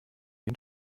den